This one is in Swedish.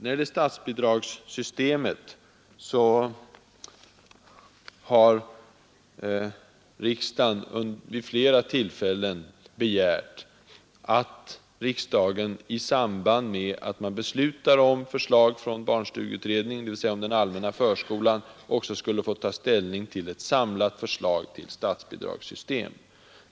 När det gäller statsbidragssystemet har riksdagen vid flera tillfällen begärt att riksdagen i samband med att den beslutar om förslag från barnstugeutredningen, dvs. om den allmänna förskolan, också skulle få ta ställning till ett samlat förslag till statsbidragssystem.